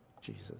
Jesus